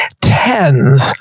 tens